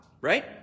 right